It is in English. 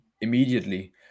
immediately